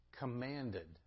commanded